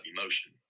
emotion